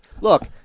Look